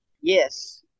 yes